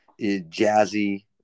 jazzy